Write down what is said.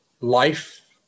life